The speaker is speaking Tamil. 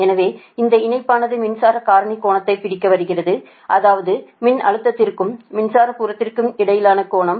எனவே இந்த இணைப்பானது மின்சார காரணி கோணத்தைப் பிடிக்க வருகிறது அதாவது மின்னழுத்தத்திற்கும் மின்சார புறத்திற்கும் இடையிலான கோணம்